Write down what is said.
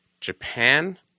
Japan